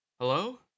Hello